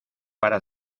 para